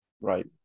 Right